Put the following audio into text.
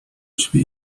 drzwi